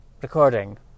Recording